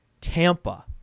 Tampa